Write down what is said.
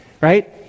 right